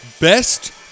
Best